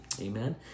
amen